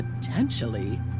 potentially